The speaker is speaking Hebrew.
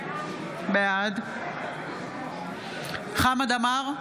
בעד חמד עמאר,